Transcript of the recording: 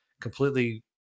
completely